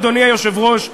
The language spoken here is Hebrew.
אדוני היושב-ראש,